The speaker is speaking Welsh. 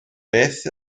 beth